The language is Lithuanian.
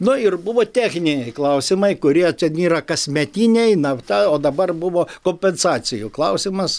nu ir buvo techniniai klausimai kurie ten yra kasmetiniai nafta o dabar buvo kompensacijų klausimas